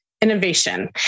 innovation